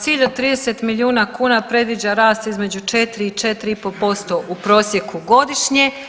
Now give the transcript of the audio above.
Cilj je 30 milijuna kuna predviđa rast između 4 i 4,5% u prosjeku godišnje.